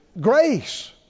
Grace